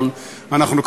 אבל אנחנו,